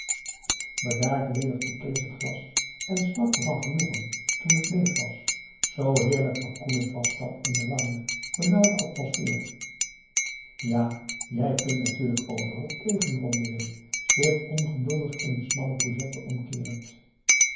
bedaard ledigde kees het glas en smakte van genoegen toen het leeg was zoo heerlijk verkoelend was dat in de warme benauwde atmospheer ja jij kunt natuurlijk overal tegen bromde wim zich ongeduldig in de smalle couchette omkeerend